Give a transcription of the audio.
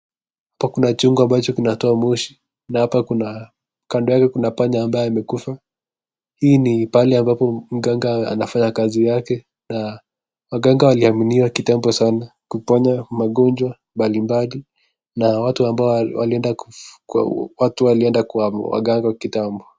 Hapa kuna chungu ambacho kinatoa moshi na hapa kuna, kando yake kuna panya ambaye amekufa. Hii ni pahali ambapo mganga anafanya kazi yake na mganga aliaminiwa kitambo sana kuponya magonjwa mbalimbali na watu walienda kwa waganga kitambo.